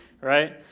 right